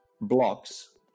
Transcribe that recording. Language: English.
blocks